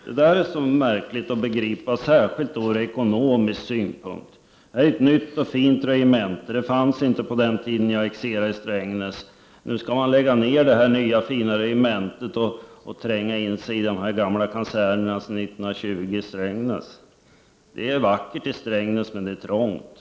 Det är svårt att förstå den flyttningen, särskilt från ekonomisk synpunkt. Det är ett nytt och fint regemente. Det fanns inte på den tiden jag exercerade i Strängnäs. Nu skall man lägga ner det här nya fina regementet och tränga in sig i de gamla kasernerna från 1920 som finns i Strängnäs. Det är vackert i Strängnäs, men det är trångt!